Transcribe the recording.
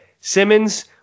Simmons